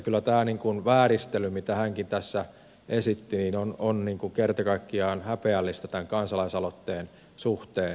kyllä tämä vääristely mitä hänkin tässä esitti on kerta kaikkiaan häpeällistä tämän kansalaisaloitteen suhteen